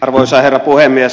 arvoisa herra puhemies